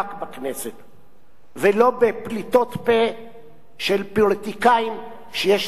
ולא בפליטות פה של פוליטיקאים שיש להם אג'נדה פוליטית